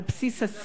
על בסיס עשייה,